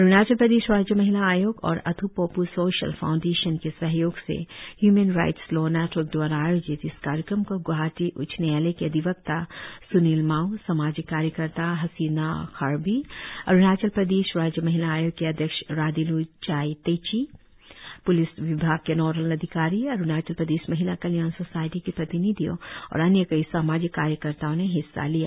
अरुणाचल प्रदेश राज्य महिला आयोग और अथ् पोपू सोशल फाउंडेशन के सहयोग से ह्यूमन राईट्स लॉ नेटवर्क द्वारा आयोजित इस कार्यक्रम को ग्वाहाटी उच्च न्यायालय के अधिवक्ता स्निल माउ सामाजिक कार्यकर्ता हसीना खारभिह अरुणाचल प्रदेश राज्य महिला आयोग की अध्यक्ष राधिल् चाई तेची प्लिस विभाग के नोडल अधिकारी अरुणाचल प्रदेश महिला कल्याण सोसायटी की प्रतिनिधियों और अन्य कई सामाजिक कार्यकर्ताओं ने हिस्सा लिया